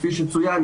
כפי שצוין,